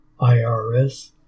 IRS